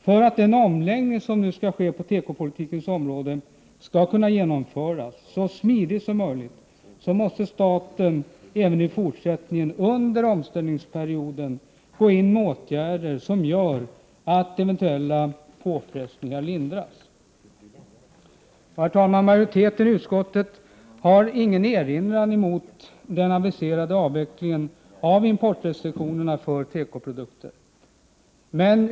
För att den omläggning som nu skall ske på tekopolitikens område skall kunna genomföras så smidigt som möjligt, måste staten även i fortsättningen under denna omställningsperiod gå in med åtgärder som gör att eventuella påfrestningar lindras. Herr talman! Majoriteten i utskottet har ingen erinran mot den aviserade avvecklingen av importrestriktionerna för tekoprodukter.